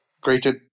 Great